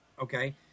okay